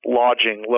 lodging